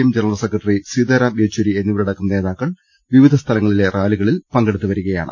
M general secretary Sitaram Yechury എന്നിവരടക്കം നേതാക്കൾ വിവിധ സ്ഥലങ്ങളിലെ റാലികളിൽ പങ്കെടുത്തുവരികയാണ്